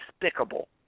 despicable